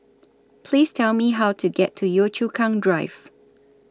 Please Tell Me How to get to Yio Chu Kang Drive